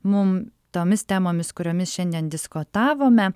mum tomis temomis kuriomis šiandien diskutavome